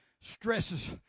stresses